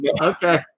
Okay